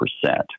percent